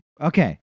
Okay